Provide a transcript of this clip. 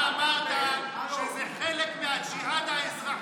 אתה אמרת שזה חלק מהג'יהאד האזרחי,